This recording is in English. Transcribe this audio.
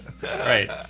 right